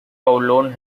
kowloon